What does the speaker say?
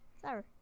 Sorry